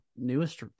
Newest